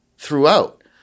Throughout